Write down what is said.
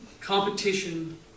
competition